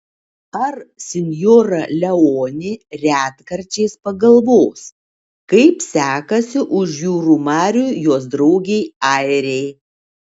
ar sinjora leonė retkarčiais pagalvos kaip sekasi už jūrų marių jos draugei airei